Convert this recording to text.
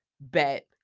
bet